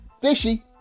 Fishy